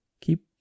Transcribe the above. Keep